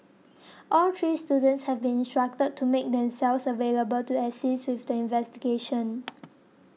all three students have been instructed to make themselves available to assist with the investigation